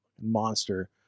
monster